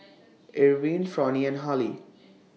Irvine Fronnie and Hali